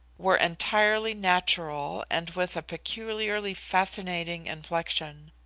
were entirely natural and with a peculiarly fascinating inflexion.